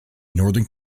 northern